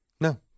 No